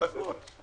הישיבה נעולה.